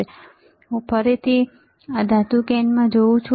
તેથી આ ફરીથી હું ધાતુ કેન જોઉં છું